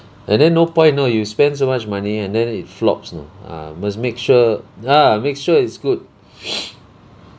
and then no point know you spend so much money and then it flops know ah must make sure ah make sure it's good